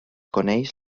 coneix